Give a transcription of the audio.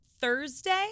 Thursday